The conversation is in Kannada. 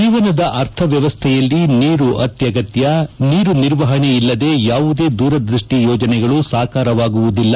ಜೀವನದ ಅರ್ಥವ್ಯವಸ್ಥೆಯಲ್ಲಿ ನೀರು ಅತ್ಯಗತ್ಯ ನೀರು ನಿರ್ವಹಣೆ ಇಲ್ಲದೇ ಯಾವುದೇ ದೂರದ್ಯಸ್ಟಿ ಯೋಜನೆಗಳು ಸಾಕಾರವಾಗುವುದಿಲ್ಲ